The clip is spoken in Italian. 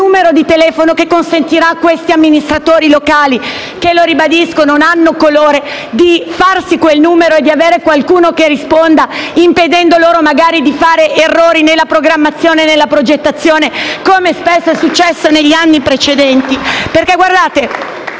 numero di telefono che consentirà agli amministratori locali, che - lo ribadisco - non hanno colore, di fare quel numero e trovare qualcuno che risponda, impedendo loro magari di fare errori nella programmazione e nella progettazione, come spesso è accaduto negli anni precedenti? *(Applausi dal